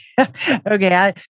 Okay